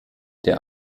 der